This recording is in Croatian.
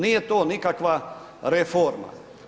Nije to nikakva reforma.